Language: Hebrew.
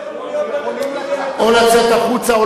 או לצאת החוצה.